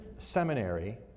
Seminary